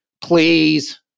Please